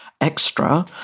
extra